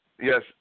Yes